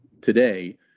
today